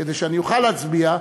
כדי שאני אוכל להצביע,